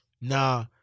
Nah